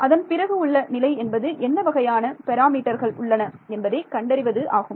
அதன் பிறகு உள்ள நிலை என்பது என்ன வகையான என்னென்ன பாராமீட்டர்கள் உள்ளன என்பதை கண்டறிவது ஆகும்